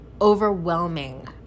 overwhelming